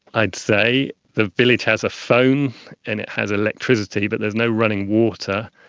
i'd say. the village has a phone and it has electricity, but there's no running water.